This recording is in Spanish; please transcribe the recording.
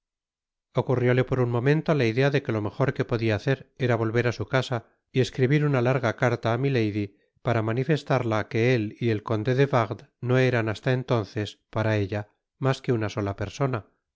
ocurrióle por un momento la idea de que lo mejor que podia hacer era volver á su casa y escribir una larga carta á milady para manifestarla que él y el conde de wardes no eran hasta entonces para ella mas que una sola persona